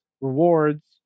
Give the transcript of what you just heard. rewards